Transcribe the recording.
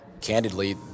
candidly